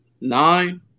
Nine